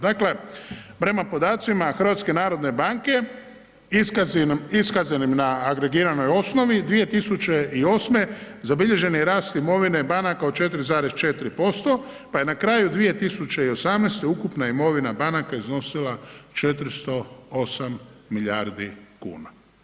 Dakle, prema podacima HNB-a iskazanim na agregiranoj osnovi, 2008. zabilježen je rast imovine banaka od 4,4% pa je na kraju 2018. ukupna imovina banaka iznosila 408 milijardi kuna.